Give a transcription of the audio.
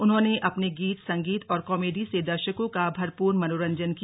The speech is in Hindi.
उन्होंने अपने गीत संगीत और कॉमेडी से दर्शकों का भरपूर मनोरंजन किया